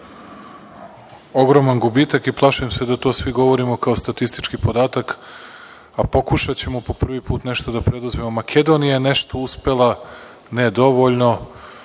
ogroman gubitak i plašim se da to svi govorimo kao statistički podatak, a pokušaćemo po prvi put nešto da preduzmemo. Makedonija je nešto uspela, ne dovoljno,